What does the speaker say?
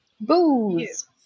booze